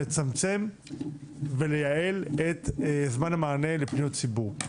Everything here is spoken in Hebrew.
לצמצם ולייעל את זמן המענה לפניות ציבור.